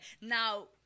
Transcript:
Now